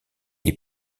est